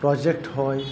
project હોય